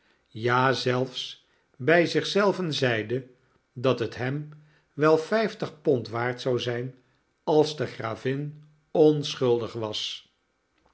ja zelfs bij zich zelven zeide dat het hem wel vijftig pond waard zou zijn als de gravin onschuldig was